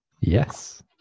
Yes